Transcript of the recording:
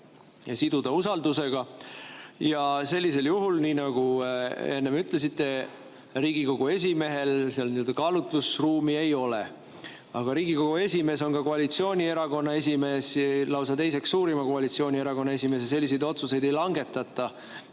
ja siduda usaldusega. Ja sellisel juhul, nii nagu enne ütlesite, Riigikogu esimehel kaalutlusruumi ei ole. Aga Riigikogu esimees on ka koalitsioonierakonna esimees, lausa teise suurima koalitsioonierakonna esimees ja selliseid otsuseid ei langetata